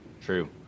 True